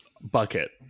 bucket